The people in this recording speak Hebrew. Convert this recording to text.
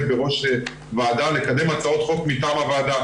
בראש ועדה לקדם הצעות חוק מטעם הוועדה,